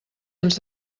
ens